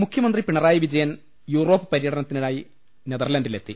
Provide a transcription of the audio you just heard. മുഖ്യമന്ത്രി പിണറായി വിജയൻ യൂറോപ് പര്യടനത്തിനായി നെതലാൻഡിലെത്തി